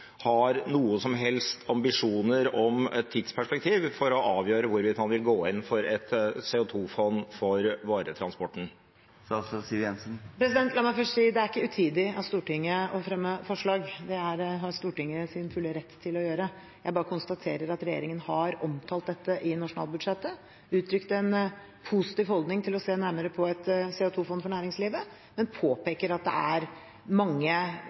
har noen som helst ambisjoner om et tidsperspektiv for å avgjøre hvorvidt man vil gå inn for et CO 2 -fond for varetransporten? La meg først si at det er ikke utidig av Stortinget å fremme forslag, det er Stortinget i sin fulle rett til å gjøre. Jeg bare konstaterer at regjeringen har omtalt dette i nasjonalbudsjettet og uttrykt en positiv holdning til å se nærmere på et CO 2 -fond for næringslivet, men påpeker at det er mange